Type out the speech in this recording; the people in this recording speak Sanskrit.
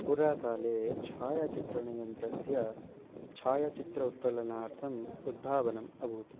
पुरा काले छायाचित्रणयन्त्रस्य छायचित्र उत्तोलनार्थम् उद्भावनम् अभूत्